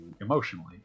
emotionally